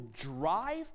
drive